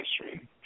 history